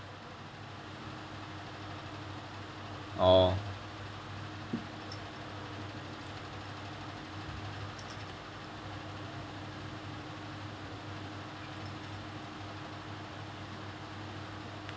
oh